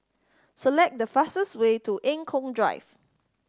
select the fastest way to Eng Kong Drive